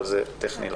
אבל זה טכני לחלוטין.